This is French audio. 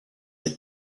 les